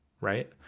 right